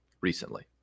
recently